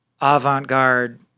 avant-garde